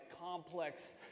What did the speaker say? complex